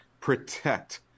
protect